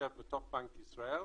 יושב בתוך בנק ישראל.